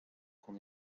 qu’on